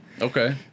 Okay